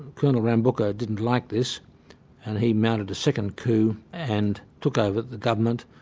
colonel rabuka didn't like this and he mounted a second coup and took over the government,